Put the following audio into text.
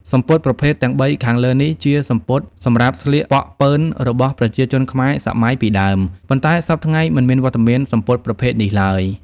សំពត់ប្រភេទទាំងបីខាងលើនេះ ជាសំពត់សម្រាប់ស្លៀកប៉ុកប៉ឺនរបស់ប្រជាជនខ្មែរសម័យពីដើម ប៉ុន្តែសព្វថ្ងៃមិនមានវត្តមានសំពត់ប្រភេទនេះឡើយ។